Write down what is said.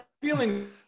feeling